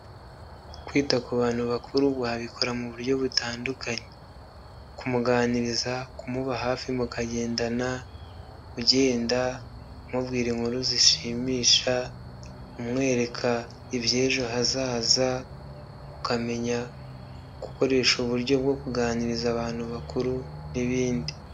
Kwita ku bantu bakuru wabikora mu buryo butandukanye. Kumuganiriza, kumuba hafi mukagendana, ugenda, umubwira inkuru zishimisha, umwereka iby'ejo hazaza, ukamenya gukoresha uburyo bwo kuganiriza abantu bakuru n'ibindi.